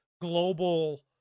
global